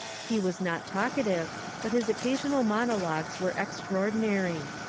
he was not talkative, but his occasional monologues were ex traordinary.